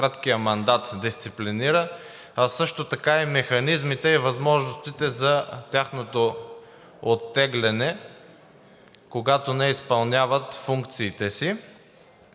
краткият мандат дисциплинира, а също така и механизмите и възможностите за тяхното оттегляне, когато не изпълняват функциите си.